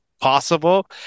possible